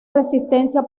resistencia